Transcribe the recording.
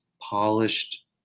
polished